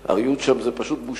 אבל הריהוט שם זה פשוט בושה,